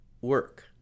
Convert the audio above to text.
work